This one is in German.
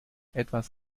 etwas